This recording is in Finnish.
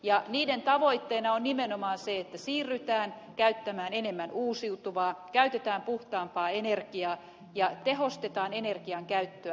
ja tavoitteena on nimenomaan se että siirrytään käyttämään enemmän uusiutuvaa käytetään puhtaampaa energiaa ja tehostetaan energian käyttöä